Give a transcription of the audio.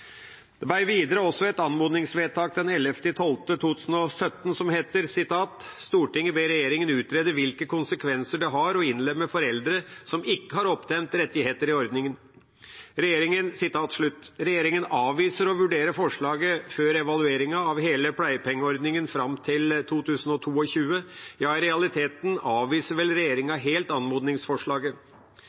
Det ble videre også vedtatt et anmodningsvedtak den 11. desember 2017, der det heter: «Stortinget ber regjeringen utrede hvilke konsekvenser det har å innlemme foreldre som ikke har opptjent rettigheter i ordningen.» Regjeringa avviser å vurdere forslaget før evalueringen av hele pleiepengeordningen fram til 2022, ja i realiteten avviser vel regjeringa helt anmodningsforslaget.